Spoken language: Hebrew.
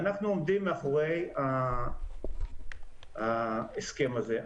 אנחנו עומדים מאחורי ההסכם הזה.